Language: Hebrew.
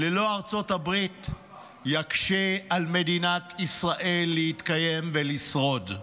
ללא ארצות הברית יקשה על מדינת ישראל להתקיים ולשרוד.